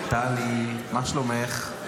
טלי, טלי, מה שלומך?